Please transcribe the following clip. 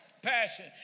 Passion